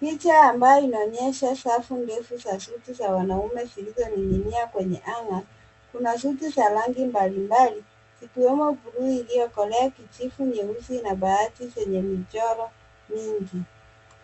Picha ambayo inaonyesha safu ndefu za suti za wanaume zilizoninginia kwenye hanga. Kuna suti za rangi mbalimbali, zikiwemo buluu iliyokolea, kijivu, nyeusi na baadhi yenye michoro mingi.